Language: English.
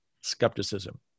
skepticism